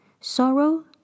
sorrow